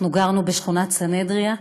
אנחנו גרנו בשכונת סנהדריה,